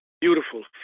beautiful